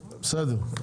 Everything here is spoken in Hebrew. בסדר.